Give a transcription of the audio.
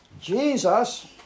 Jesus